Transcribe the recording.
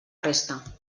resta